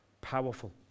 Powerful